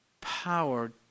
power